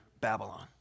Babylon